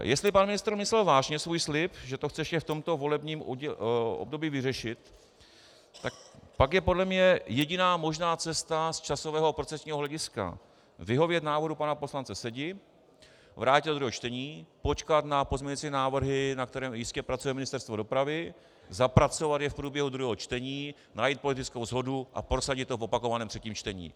Jestli pan ministr myslel vážně svůj slib, že to chce ještě v tomto volebním období vyřešit, tak pak je podle mě jediná možná cesta z časového procesního hlediska vyhovět návrhu pana poslance Sedi, vrátit do druhého čtení, počkat na pozměňovací návrhy, na kterých jistě pracuje Ministerstvo dopravy, zapracovat je v průběhu druhého čtení, najít politickou shodu a prosadit to v opakovaném třetím čtení.